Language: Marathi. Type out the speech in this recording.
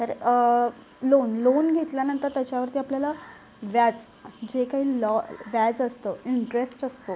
तर लोन लोन घेतल्यानंतर त्याच्यावरती आपल्याला व्याज जे काही लॉ व्याज असतं इंट्रेस्ट असतो